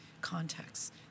contexts